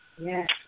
Yes